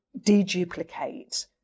de-duplicate